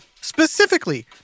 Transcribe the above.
Specifically